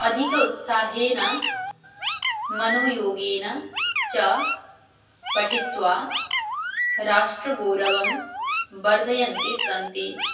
अधिक उत्साहेन मनोयोगेन च पठित्वा राष्ट्रगोरवं वर्धयन्तः सन्ति